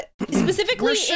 specifically